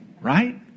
Right